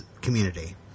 community